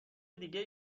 دیگه